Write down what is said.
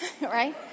Right